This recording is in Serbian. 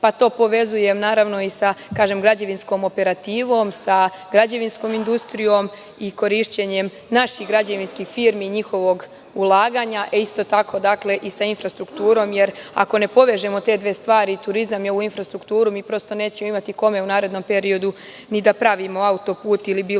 pa to povezujem, naravno i sa građevinskom operativom, sa građevinskom industrijom i korišćenjem naših građevinskih firmi i njihovog ulaganja, isto tako i sa infrastrukturom, jer ako ne povežemo te dve stvari, turizam i ovu infrastrukturu, mi prosto nećemo imati kome u narednom periodu ni da pravimo auto-put ili bilo